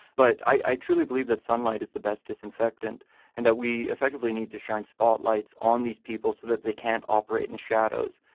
but i truly believe that sunlight is the best disinfectant and that we effectively need to shine spotlights on these people so that they can't operate in the shadows.